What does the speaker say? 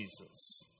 Jesus